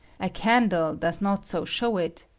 a candle does not so show it,